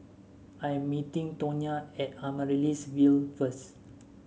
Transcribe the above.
I am meeting Tonya at Amaryllis Ville first